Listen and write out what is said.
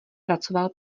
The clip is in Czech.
pracoval